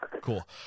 Cool